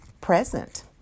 present